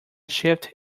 shifted